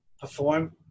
perform